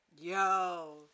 Yo